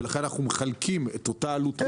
ולכן אנחנו מחלקים את אותה עלות.